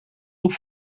moet